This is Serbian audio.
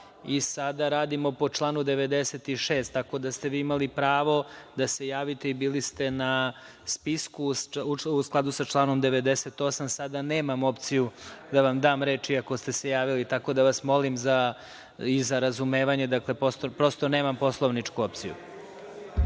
i sada radimo po članu 96, tako da ste vi imali pravo da se javite i bili ste na spisku, u skladu sa članom 98. Sada nemam opciju da vam dam reč, iako ste se javili, tako da vas molim za razumevanje. Prosto, nemam poslovničku opciju. Vidim